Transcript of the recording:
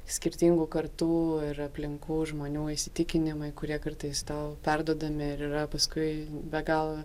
skirtingų kartų ir aplinkų žmonių įsitikinimai kurie kartais tau perduodami ir yra paskui be galo